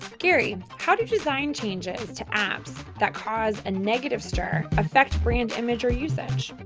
gary, how do design changes to apps that cause a negative stir affect brand image or usage?